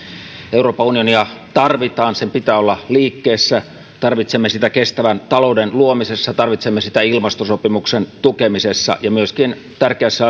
euroopan unionia tarvitaan sen pitää olla liikkeessä tarvitsemme sitä kestävän talouden luomisessa tarvitsemme sitä ilmastosopimuksen tukemisessa ja myöskin tärkeässä